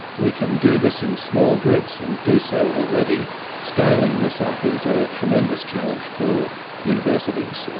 we can do this in small groups and do so already. scaling this up is a tremendous challenge for universities.